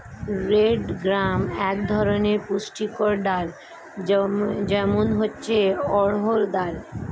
red gram এক ধরনের পুষ্টিকর ডাল, যেমন হচ্ছে অড়হর ডাল